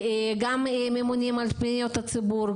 גם ממונים על פניות הציבור,